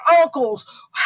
uncles